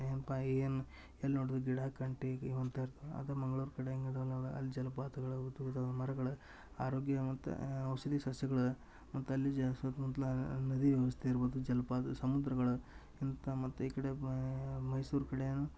ಏನ್ಪಾ ಏನು ಎಲ್ಲಿ ನೋಡ್ದ್ರು ಗಿಡ ಕಂಟಿ ಇರ್ತದ ಅದ ಮಂಗ್ಳೂರು ಕಡೆ ಹಂಗಿರಲ್ಲ ನೋಡು ಅಲ್ಲಿ ಜಲಪಾತಗಳ ಉದ್ದುದ್ದ ಮರಗಳ ಆರೋಗ್ಯ ಮತ್ತು ಔಷಧಿ ಸಸ್ಯಗಳ ಮತ್ತೆ ಅಲ್ಲಿ ಜ ಸುತ್ಮುತ್ತಲ ನದಿ ವ್ಯವಸ್ಥೆ ಇರ್ಬೌದು ಜಲಪಾತ ಸಮುದ್ರಗಳ ಇಂತ ಮತ್ತೆ ಈ ಕಡೆ ಬಾ ಮೈಸೂರು ಕಡೆ